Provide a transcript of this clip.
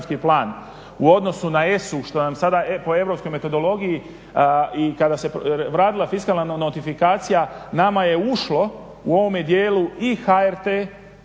u odnosu na ESO-u što nam sada po europskoj metodologiji i kada se radila fiskalna notifikacija nama je ušlo u ovome dijelu i HRT.